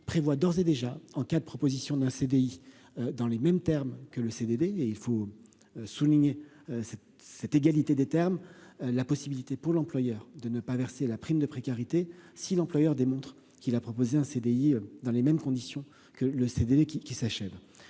prévoit d'ores et déjà en cas de proposition d'un CDI dans les mêmes termes que le CDD et il faut souligner cette cette égalité des termes la possibilité pour l'employeur de ne pas verser la prime de précarité, si l'employeur démontre qu'il a proposé un CDI dans les mêmes conditions que le CDD qui qui s'achève